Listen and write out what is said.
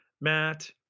Matt